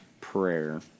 Prayer